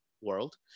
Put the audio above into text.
world